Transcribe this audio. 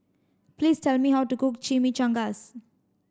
please tell me how to cook Chimichangas